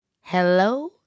Hello